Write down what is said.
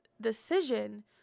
decision